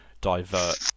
divert